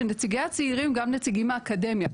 שנציגי הצעירים הם גם נציגים מהאקדמיה.